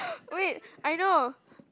wait I know